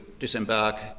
disembark